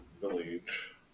Village